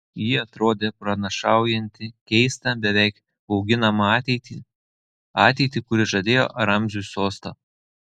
ji atrodė pranašaujanti keistą beveik bauginamą ateitį ateitį kuri žadėjo ramziui sostą